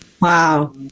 Wow